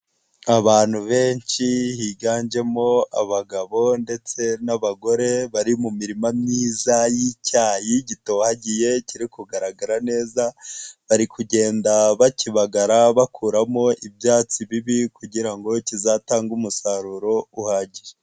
Abantu benshi higanjemo abagabo ndetse n'abagore bari mu mirima myiza y'icyayi gitohagiye kiri kugaragara neza, bari kugenda bakibagara bakuramo ibyatsi bibi kugira ngo kizatange umusaruro uhagije.